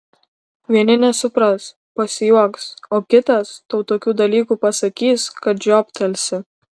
vieni nesupras pasijuoks o kitas tau tokių dalykų pasakys kad žioptelsi